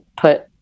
put